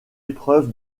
épreuve